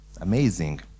amazing